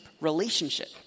relationship